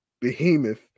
behemoth